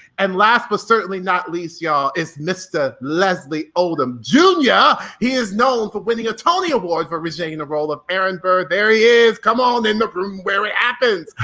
and last, but certainly not least ya'll it's mr. leslie odom jr. yeah he is known for winning a tony award for originating the role of aaron burr. there he is, come on in the room where it happens,